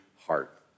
heart